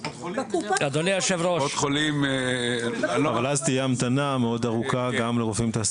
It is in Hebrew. אבל אז תהיה המתנה מאוד ארוכה גם לרופאים תעסוקתיים.